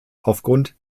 aufgrund